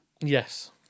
Yes